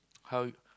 how